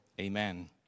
Amen